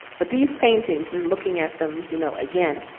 but these paintings were looking at them, you know, again,